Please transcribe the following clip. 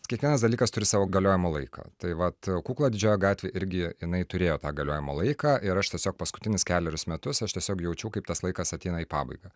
kiekvienas dalykas turi savo galiojimo laiką tai vat kukla didžiojoj gatvė irgi jinai turėjo tą galiojimo laiką ir aš tiesiog paskutinius kelerius metus aš tiesiog jaučiau kaip tas laikas ateina į pabaigą